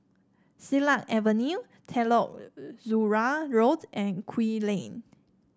Silat Avenue Telok Kurau Road and Kew Lane